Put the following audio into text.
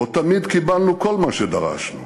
לא תמיד קיבלנו כל מה שדרשנו,